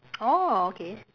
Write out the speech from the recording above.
orh okay